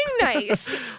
nice